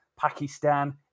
Pakistan